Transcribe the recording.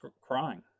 crying